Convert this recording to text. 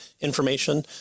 information